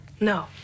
No